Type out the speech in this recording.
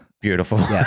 Beautiful